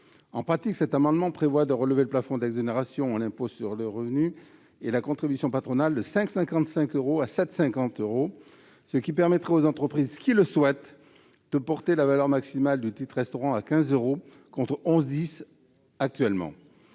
En pratique, cet amendement tend à relever le plafond d'exonération de l'impôt sur le revenu de la contribution patronale de 5,55 euros à 7,50 euros, ce qui permettrait aux entreprises qui le souhaitent de porter la valeur maximale du titre-restaurant à 15 euros, contre 11,10 euros actuellement.